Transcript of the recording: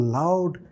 loud